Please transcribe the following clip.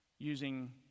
Using